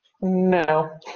No